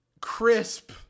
crisp